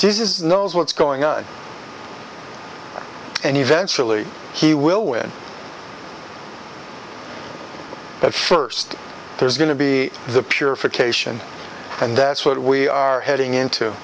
is knows what's going on and eventually he will win but first there's going to be the purification and that's what we are heading into